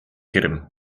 hirm